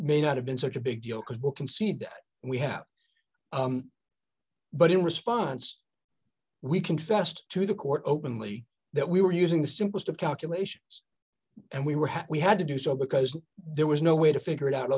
may not have been such a big deal because will concede that we have but in response we confessed to the court openly that we were using the simplest of calculations and we were happy we had to do so because there was no way to figure it out